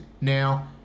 Now